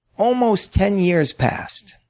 almost ten years passed.